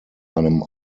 einem